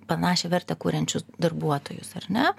panašią vertę kuriančius darbuotojus ar ne